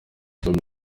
soma